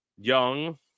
young